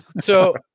So-